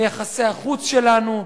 ביחסי החוץ שלנו,